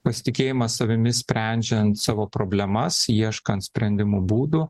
pasitikėjimas savimi sprendžiant savo problemas ieškant sprendimo būdų